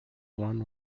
won